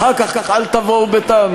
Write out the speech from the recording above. אחר כך אל תבואו בטענות,